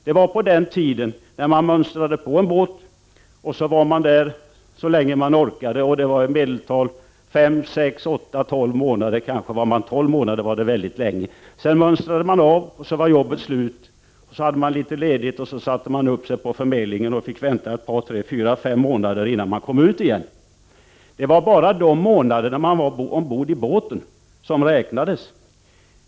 Det var på den tiden när man mönstrade på en båt och var där så länge man orkade. Det kunde vara fem, sex, åtta eller kanske tolv månader — tolv månader var mycket länge. Sedan mönstrade man av, jobbet var slut, och man hade litet ledigt. Därefter satte man upp sig vid förmedlingen, fick vänta ett par tre månader eller kanske fyra fem månader innan man kom ut igen. Då var det bara de månader då man var ombord på båten som räknades.